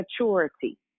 maturity